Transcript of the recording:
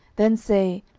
then say,